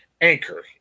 Anchor